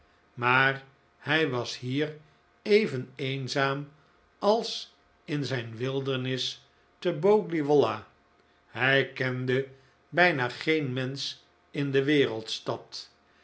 maar hij was hier even eenzaam als in zijn wildernis te boggley wollah hij kende bijna geen mensch in de wereldstad